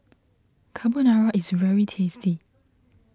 Carbonara is very tasty